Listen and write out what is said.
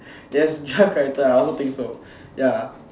yes extra character I also think so ya ya